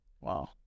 wow